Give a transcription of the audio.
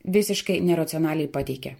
visiškai neracionaliai pateikia